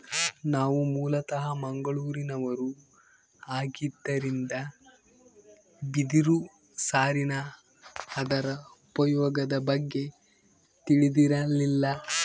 ನಾವು ಮೂಲತಃ ಮಂಗಳೂರಿನವರು ಆಗಿದ್ದರಿಂದ ಬಿದಿರು ಸಾರಿನ ಅದರ ಉಪಯೋಗದ ಬಗ್ಗೆ ತಿಳಿದಿರಲಿಲ್ಲ